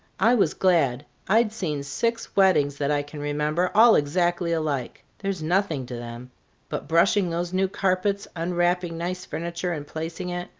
i was glad. i'd seen six weddings that i can remember, all exactly alike there's nothing to them but brushing those new carpets, unwrapping nice furniture and placing it,